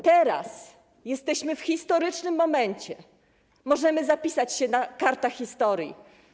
Teraz jesteśmy w historycznym momencie, możemy zapisać się na kartach historii.